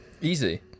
Easy